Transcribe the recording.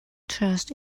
trust